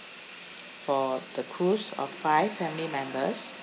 for the cruise of five family members